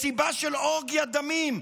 מסיבה של אורגיית דמים.